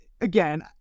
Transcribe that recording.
again